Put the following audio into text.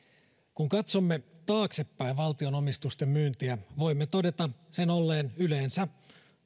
kun katsomme taaksepäin valtion omistusten myyntiä voimme todeta sen olleen yleensä